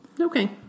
Okay